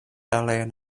aliajn